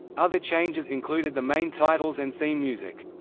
other changes included the main titles and theme music.